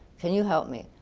can you help me,